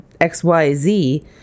xyz